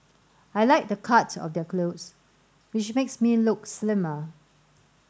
I like the cut of their clothes which makes me look slimmer